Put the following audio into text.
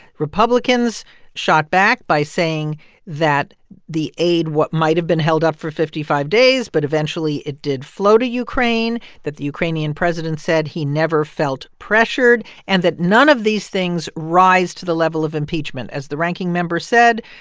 republicans shot back by saying that the aid what might have been held up for fifty five days but eventually, it did flow to ukraine that the ukrainian president said he never felt pressured and that none of these things rise to the level of impeachment. as the ranking member said,